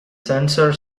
sensor